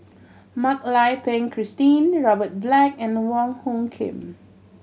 Mak Lai Peng Christine Robert Black and Wong Hung Khim